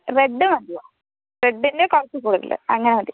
red മതി റെഡിന് കുറച്ച് അങ്ങനെ മതി